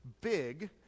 big